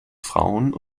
frauen